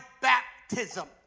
baptism